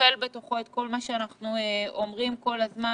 מקפל בתוכו את כל מה שאנחנו אומרים כל הזמן,